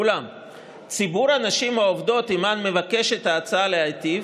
אולם ציבור הנשים העובדות שעימן מבקשת ההצעה להיטיב